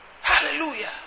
Hallelujah